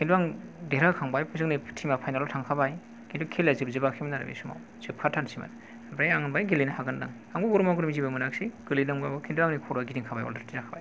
खिन्थु आं देरहाहोखांबाय जोंनि टिम आ फाइनेल आव थांखाबाय खिन्थु खेलाया जोबजोबाखैमोन आरो बे समाव जोबाखाथारनोसैमोन ओमफ्राय आं होनबाय गेलेनो हागोन होनना आंबो गरमा गरमि जेबो मोनाखैसै गोलैदोंबाबो खिन्थु आंनि खर'आ गिदिंखाबाय अलरेदि साखाबाय